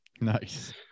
Nice